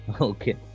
Okay